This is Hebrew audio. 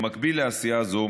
במקביל לעשייה זו,